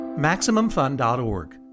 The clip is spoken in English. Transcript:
MaximumFun.org